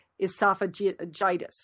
esophagitis